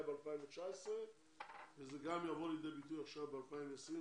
בשנת 2019 וזה גם יבוא לידי ביטוי עכשיו ב-2021-2020.